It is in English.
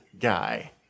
guy